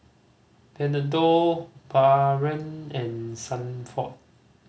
Bernardo Baron and Sanford